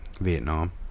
Vietnam